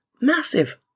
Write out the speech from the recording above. massive